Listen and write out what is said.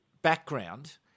background